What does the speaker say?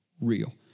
real